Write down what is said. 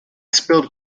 spilled